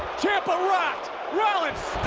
ciampa rocked rollins